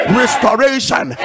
restoration